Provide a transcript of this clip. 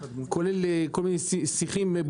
כולל כל מיני שיחים,